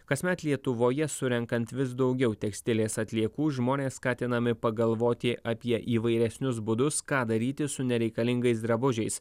kasmet lietuvoje surenkant vis daugiau tekstilės atliekų žmonės skatinami pagalvoti apie įvairesnius būdus ką daryti su nereikalingais drabužiais